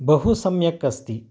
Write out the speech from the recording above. बहुसम्यक् अस्ति